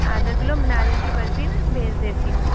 आधा किलो नारियल की बर्फ़ी मैं भेज देती हूँ